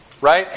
right